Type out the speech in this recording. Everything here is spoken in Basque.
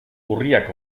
urriak